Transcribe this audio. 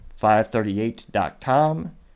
538.com